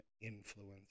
influence